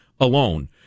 alone